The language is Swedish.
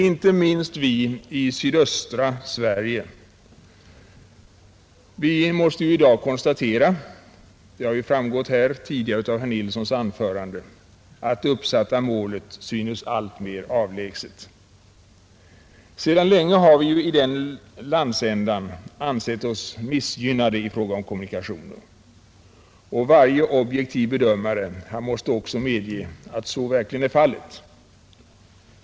Inte minst vi i sydöstra Sverige måste i dag konstatera — det framgick också av herr Nilssons i Kalmar anförande — att det uppsatta målet synes alltmer avlägset. Sedan länge har vi i vår landsända ansett oss missgynnade i fråga om kommunikationer. Varje objektiv bedömare måste också medge att så verkligen är fallet.